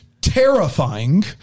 Terrifying